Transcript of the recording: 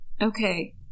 Okay